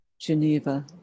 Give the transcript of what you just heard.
Geneva